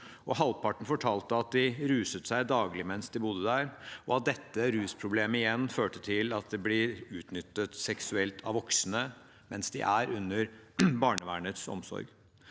Halvparten fortalte at de ruset seg daglig mens de bodde der, og at dette rusproblemet igjen førte til at de blir utnyttet seksuelt av voksne – mens de er under barnevernets omsorg.